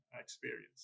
experience